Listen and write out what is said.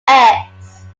eggs